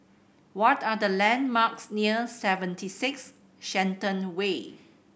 what are the landmarks near Seventy Six Shenton Way